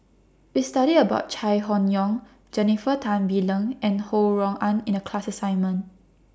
We studied about Chai Hon Yoong Jennifer Tan Bee Leng and Ho Rui An in A class assignment